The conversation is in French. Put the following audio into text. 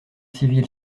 civil